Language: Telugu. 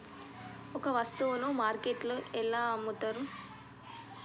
ఒక వస్తువును మార్కెట్లో ఎలా అమ్ముతరు?